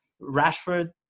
Rashford